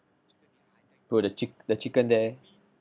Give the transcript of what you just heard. bro the chick~ the chicken there